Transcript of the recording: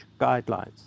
guidelines